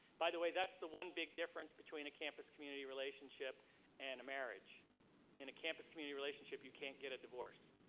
by the way, that's the one big difference between a campus-community relationship and a marriage in a campus-community relationship you can't get a divorce.